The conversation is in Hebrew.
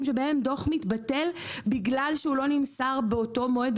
בהם דוח מתבטל בגלל שהוא לא נמסר באותו מועד,